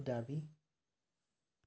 Abu Dhabi